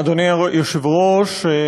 אדוני היושב-ראש,